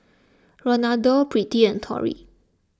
Ronaldo Birtie and Torie